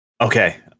Okay